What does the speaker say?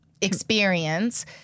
experience